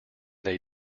they